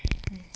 mm